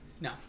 No